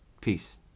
Peace